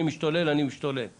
אני חוזרת ואומרת,